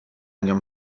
nią